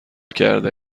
کرده